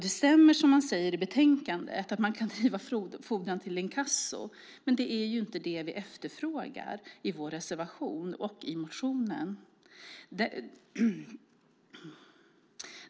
Det stämmer som det står i betänkandet att man kan driva fordran till inkasso, men det är inte vad vi efterfrågar i vår reservation och i motionen.